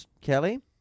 Kelly